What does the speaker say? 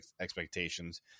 expectations